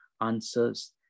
answers